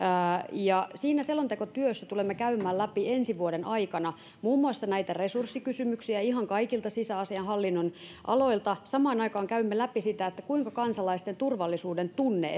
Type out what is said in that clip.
ja siinä selontekotyössä tulemme käymään läpi ensi vuoden aikana muun muassa näitä resurssikysymyksiä ihan kaikilta sisäasiain hallinnonaloilta samaan aikaan käymme läpi sitä kuinka esimerkiksi kansalaisten turvallisuudentunne